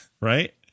right